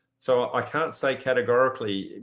so i can't say categorically.